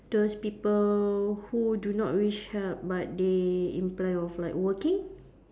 those people who do not wish help but they imply of like working